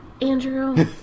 Andrew